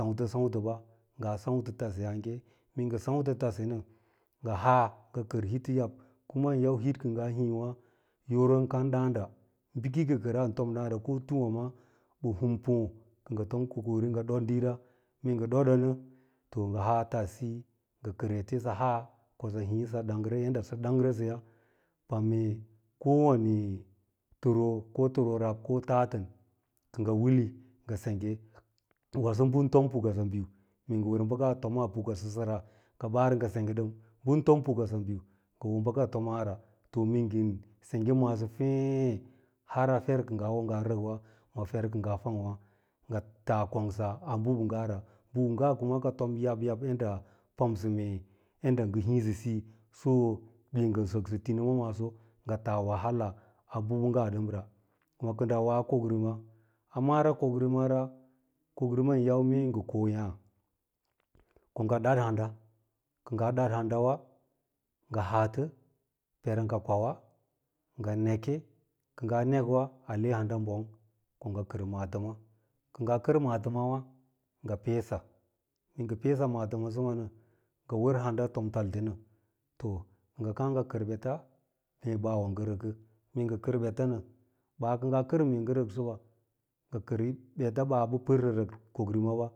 Bɚ santɚ ba ngna saulɚ tasyààgu, mee ngɚ sautɚ tase na ngɚ ha’a ngɚ kɚr hilo yab, kuma ɚn yau hit kɚ ngaa hrà yoron kau dàànda bɚkkekɚra ɚn tom ɗàànda ko tiiwà ma bɚ hum pàà ko ngɚ tom kokari ngɚ ɗot diira, mee ngɚ doɗo nɚ to ngɚ haa tassiyi ngɚ kɚr ete sɚ haa sɚ hi sɚ ɗanyrɚ, yadda sɚ dangrɚsɚya pame kowawe tɚro ko tɚroo rab kotatɚ kɚ ngɚ wili ngɚ sengge ko wase bɚn tom pakala biu mie ngɚ wɚr bɚka tomaa pukasɚsara, ngɚ ɓanrɚ ngɚ senggɚ ɗɚm bɚn tom pukasa biu ngɚ hoo bɚka tomaara to mee ngɚn sengge maaso fêê har a fer kɚ ngaa wo ngaa rɚk’wa ma fer kɚ nga fang’wa ngɚ taa kongu a nabɚɓɚnggara mbɚɓɚngga yab yb ngaa pamsɚ mee yaɗɗa ngɚ hiisi siyi so mee ngɚ sɚksɚ tinima maaso ngɚ tas wahala a bɚbɚngga ɗɚmra wà kɚ ndɚ woa komrima a mara kokrimara, kokrima yin yau mee ngɚ ko yàà ko ngɚ dad handa, kɚ ngaa ɗaɗ handawa ngɚ haatɚ peera ngɚ kwauwa ngɚ neke, kɚ ngaa nek’wa a le handa ɓong, ko ngɚ kɚr maatɚms kɚ ngaa kɚr mantɚmawa ngɚ peesa mee ngɚ peesa maatɚmasɚma nɚ ngɚ handa tom talte nɚ to kɚ ngɚ kàà ngɚ kɚr ɓeta mee baa wo ngɚ rɚkɚ, mee ngɚ kɚr beta nɚ, ɓaa kɚ ngaa kɚr mee ngɚ rɚk sɚba ngɚ ɓeta ɓaa ɓa pɚrsɚ rɚk kokrimaba.